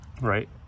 right